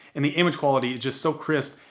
and the image quality is just so crisp,